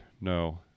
no